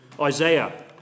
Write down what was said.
isaiah